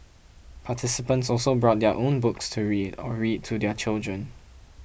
participants also brought their own books to read or read to their children